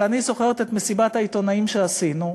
אבל אני זוכרת את מסיבת העיתונאים שעשינו.